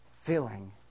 filling